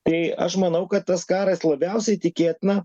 tai aš manau kad tas karas labiausiai tikėtina